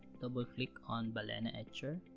double click on balena etcher